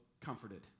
comforted